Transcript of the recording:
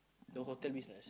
the hotel beside